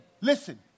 Listen